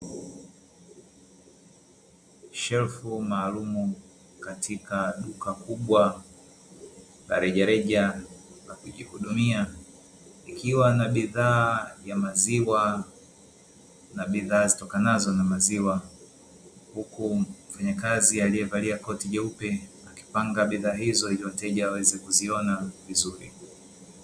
Shelfu maalumu katika duka kubwa la rejareja la kujihudumia ikiwa na bidhaa ya maziwa na bidhaa zitokanazo na maziwa, huku mfanyakazi aliyevalia koti jeupe akipanga bidhaa hizo ili wateja waweze kuziona vizuri.